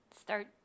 start